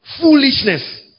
Foolishness